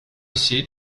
seat